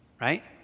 Right